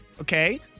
okay